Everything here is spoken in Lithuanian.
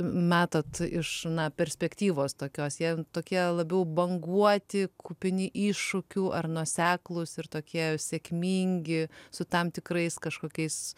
metat iš na perspektyvos tokios jie tokie labiau banguoti kupini iššūkių ar nuoseklūs ir tokie sėkmingi su tam tikrais kažkokiais